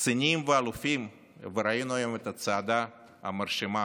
קצינים ואלופים, וראינו היום את הצעדה המרשימה